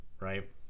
Right